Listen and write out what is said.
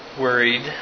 worried